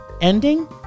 ending